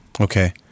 Okay